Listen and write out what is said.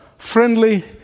Friendly